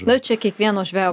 na čia kiekvieno žvejo